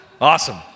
awesome